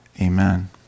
Amen